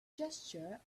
gesture